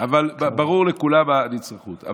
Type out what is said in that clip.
אבל לכולם ברורה הנצרכות.